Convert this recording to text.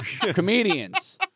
comedians